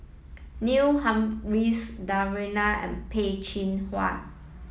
Neil Humphreys Danaraj and Peh Chin Hua